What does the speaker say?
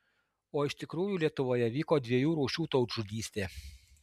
o iš tikrųjų lietuvoje vyko dviejų rūšių tautžudystė